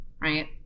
right